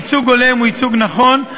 ייצוג הולם הוא ייצוג נכון,